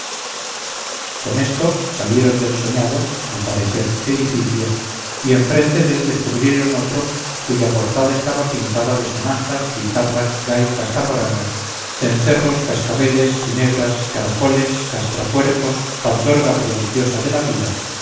con esto salieron del soñado al parecer edificio y enfrente dél descubrieron otro cuya portada estaba pintada de sonajas guitarras gaitas zamoranas cencerros cascabeles ginebras caracoles castrapuercos pandorga prodigiosa de la vida